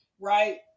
right